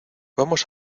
vamos